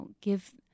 give